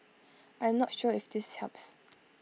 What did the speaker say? I am not sure if this helps